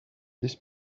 this